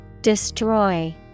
Destroy